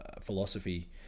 philosophy